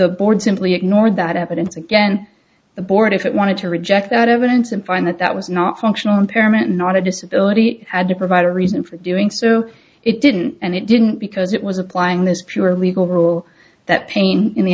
the board simply ignore that evidence again the board if it wanted to reject that evidence and find that that was not functional impairment not a disability it had to provide a reason for doing so it didn't and it didn't because it was applying this pure legal rule that pain in the